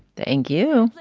thank you.